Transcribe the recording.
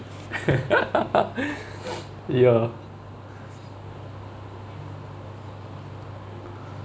ya